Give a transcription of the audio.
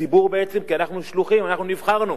הציבור בעצם, כי אנחנו שלוחים, אנחנו נבחרנו,